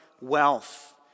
wealth